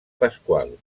pasqual